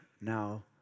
now